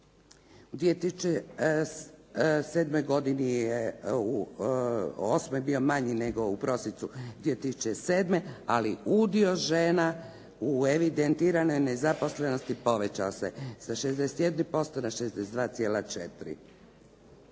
U 2008. bio je manji nego u prosincu 2007., ali udio žena u evidentiranoj nezaposlenosti povećao se sa 61% na 62,4.